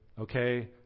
okay